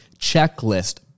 checklist